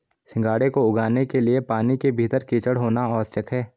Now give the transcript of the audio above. सिंघाड़े को उगाने के लिए पानी के भीतर कीचड़ होना आवश्यक है